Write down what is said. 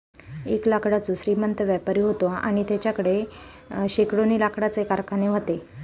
एक लाकडाचो श्रीमंत व्यापारी व्हतो आणि तेच्याकडे शेकडोनी लाकडाचे कारखाने व्हते